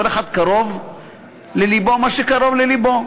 כל אחד קרוב ללבו מה שקרוב ללבו.